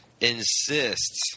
Insists